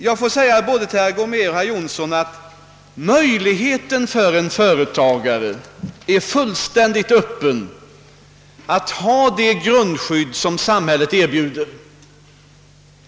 Jag vill säga både till herr Gomér och herr Jonsson att möjligheten för en företagare är fullständigt öppen att ha det grundskydd samhället erbjuder.